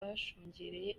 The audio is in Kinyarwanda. bashungereye